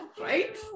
Right